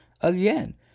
Again